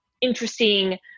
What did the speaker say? interesting